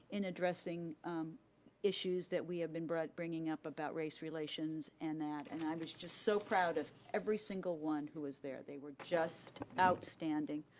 in addressing issues that we have been bringing up about race relations and that, and i was just so proud of every single one who was there, they were just outstanding.